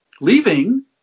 leaving